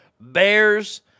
Bears